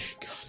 God